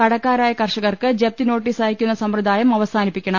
കടക്കാരായ കർഷകർക്ക് ജപ്തി നോട്ടീസ് അയക്കുന്ന സമ്പ്രദായം അവസാനിപ്പിക്കണം